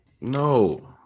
No